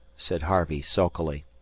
said harvey, sulkily.